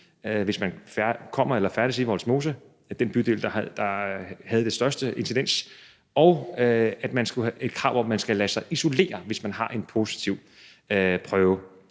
hvis man kommer eller færdes i Vollsmose, som er den bydel, der har haft det højeste incidenstal, og et krav om, at man skal lade sig isolere, hvis man har en positiv prøve.